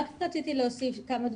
רציתי להוסיף כמה דברים.